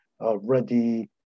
ready